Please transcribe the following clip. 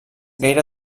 gaire